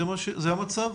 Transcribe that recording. זה המצב?